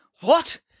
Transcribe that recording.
What